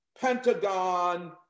Pentagon